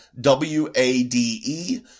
W-A-D-E